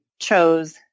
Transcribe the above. chose